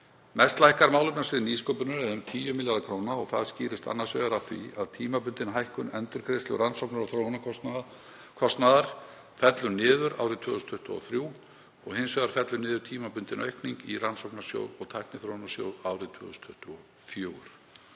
Mest lækkar málefnasvið nýsköpunar eða um 10 milljarða kr. Það skýrist annars vegar af því að tímabundin hækkun endurgreiðslu rannsóknar- og þróunarkostnaðar fellur niður árið 2023 og hins vegar fellur niður tímabundin aukning í Rannsóknasjóð og Tækniþróunarsjóð árið 2024.